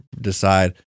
decide